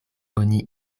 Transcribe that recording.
oni